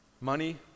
Money